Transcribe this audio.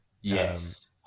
Yes